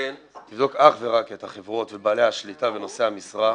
תבדוק אך ורק את החברות ובעלי השליטה ונושאי המשרה.